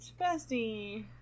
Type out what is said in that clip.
Bestie